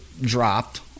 dropped